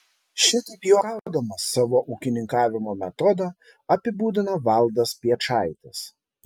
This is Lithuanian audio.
šitaip juokaudamas savo ūkininkavimo metodą apibūdina valdas piečaitis